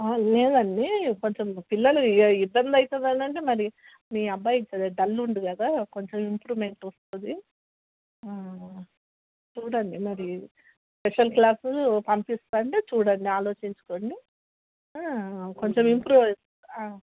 లేదండి కొంచెం పిల్లలు ఇతరులు అయితే ఏంటంటే మరి మీ అబ్బాయి కొంచెం డల్ ఉండు కదా కొంచెం ఇంప్రూమెంట్ వస్తుంది చూడండి మరి స్పెషల్ క్లాసు పంపిస్తాను అంటే చూడండి ఆలోచించుకోండి కొంచెం ఇంప్రూవ్ అయి